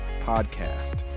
podcast